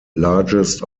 largest